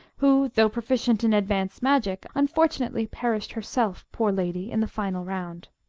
who, though proficient in advanced magic, unfortunately perished herself, poor lady, in the final round.